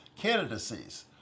candidacies